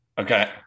Okay